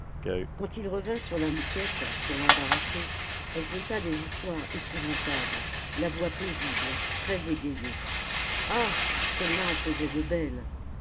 quand il revint sur la mouquette pour l'embarrasser elle conta des histoires épouvantables la voix paisible très égayée ah celle-là en faisait de belles